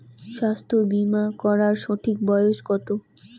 স্বাস্থ্য বীমা করার সঠিক বয়স কত?